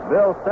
Bill